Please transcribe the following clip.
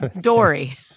Dory